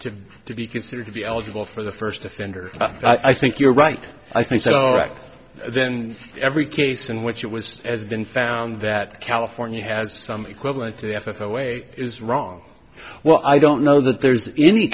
to to be considered to be eligible for the first offender i think you're right i think so iraq then every case in which it was as been found that california has some equivalent to africa way is wrong well i don't know that there's any